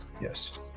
Yes